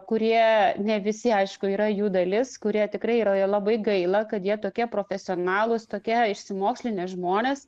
kurie ne visi aišku yra jų dalis kurie tikrai yra labai gaila kad jie tokie profesionalūs tokie išsimokslinę žmonės